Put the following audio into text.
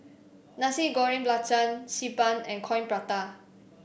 Nasi Goreng Belacan Xi Ban and Coin Prata